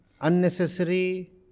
unnecessary